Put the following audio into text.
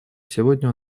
сегодня